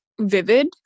vivid